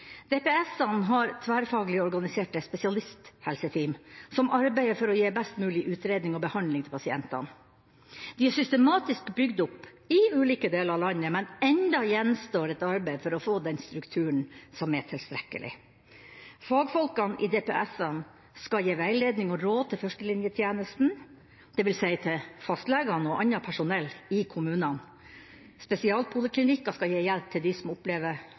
har tverrfaglig organiserte spesialisthelseteam som arbeider for å gi best mulig utredning og behandling til pasientene. De er systematisk bygd opp i ulike deler av landet, men enda gjenstår et arbeid for å få den strukturen som er tilstrekkelig. Fagfolkene i DPS-ene skal gi veiledning og råd til førstelinjetjenesten, dvs. til fastlegene og annet personell i kommunene. Spesialpoliklinikker skal gi hjelp til dem som opplever